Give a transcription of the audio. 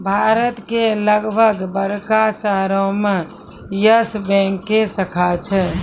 भारत के लगभग बड़का शहरो मे यस बैंक के शाखा छै